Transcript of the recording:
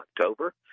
October